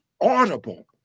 audible